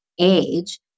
age